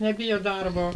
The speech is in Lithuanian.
nebijo darbo